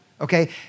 okay